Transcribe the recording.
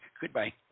Goodbye